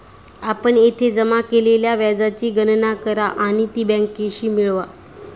आपण येथे जमा केलेल्या व्याजाची गणना करा आणि ती बँकेशी मिळवा